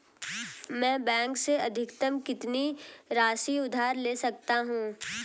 मैं बैंक से अधिकतम कितनी राशि उधार ले सकता हूँ?